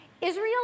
Israel